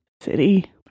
City